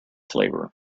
flavor